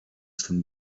swym